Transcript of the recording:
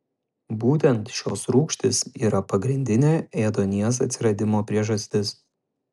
būtent šios rūgštys yra pagrindinė ėduonies atsiradimo priežastis